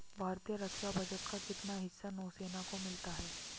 भारतीय रक्षा बजट का कितना हिस्सा नौसेना को मिलता है?